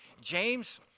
James